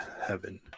heaven